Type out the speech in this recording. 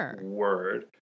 word